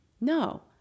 No